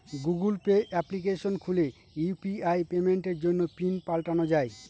Google Pay application খুলে UPI পেমেন্টের জন্য পিন পাল্টানো যাই